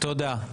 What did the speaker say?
תודה.